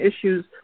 issues